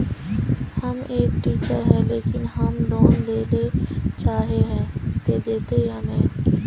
हम एक टीचर है लेकिन हम लोन लेले चाहे है ते देते या नय?